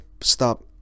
stop